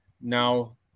now